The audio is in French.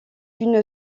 une